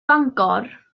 fangor